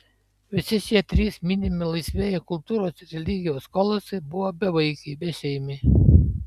visi šie trys minimi laisvieji kultūros ir religijos kolosai buvo bevaikiai bešeimiai